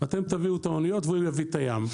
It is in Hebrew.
אתם תביאו את האוניות והוא יביא את הים,